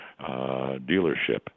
dealership